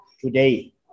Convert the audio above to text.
today